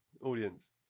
Audience